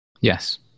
Yes